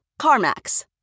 CarMax